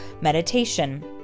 meditation